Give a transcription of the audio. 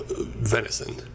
venison